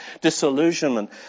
disillusionment